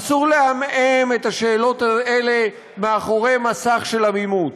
אסור לעמעם את השאלות האלה מאחורי מסך של עמימות.